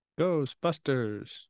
Ghostbusters